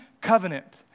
covenant